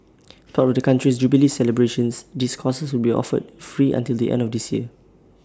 part of the country's jubilee celebrations these courses will be offered free until the end of this year